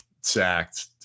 sacked